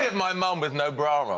and my mum with no bra